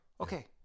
Okay